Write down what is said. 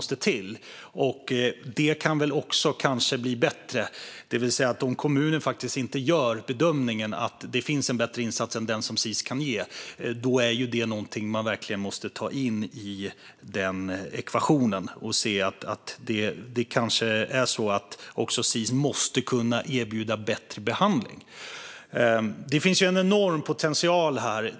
Det kan väl kanske också bli bättre, det vill säga att om kommunen faktiskt inte gör bedömningen att det finns en bättre insats än den som Sis kan ge är detta något man måste ta in i ekvationen och se att det kanske är så att Sis måste kunna erbjuda bättre behandling. Det finns en enorm potential här.